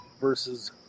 versus